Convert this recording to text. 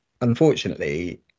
Unfortunately